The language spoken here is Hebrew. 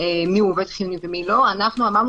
מיהו עובד חיוני ומי לא, אמרנו